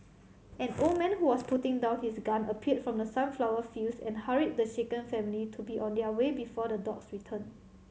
an old man who was putting down his gun appeared from the sunflower fields and hurried the shaken family to be on their way before the dogs return